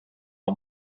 all